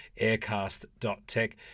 aircast.tech